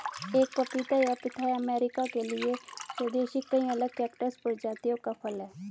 एक पपीता या पिथाया अमेरिका के लिए स्वदेशी कई अलग कैक्टस प्रजातियों का फल है